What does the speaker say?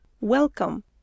welcome